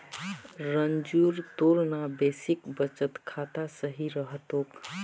रंजूर तोर ना बेसिक बचत खाता सही रह तोक